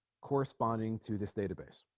corresponding to this database